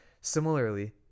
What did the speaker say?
Similarly